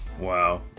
Wow